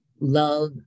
love